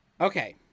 okay